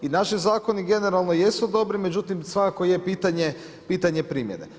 I naši zakoni generalno jesu dobri, međutim, svakako je pitanje primjene.